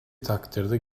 takdirde